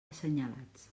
assenyalats